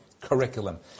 curriculum